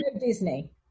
Disney